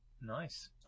Nice